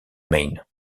main